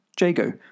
Jago